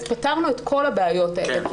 אז פתרנו את כל הבעיות האלה.